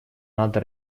надо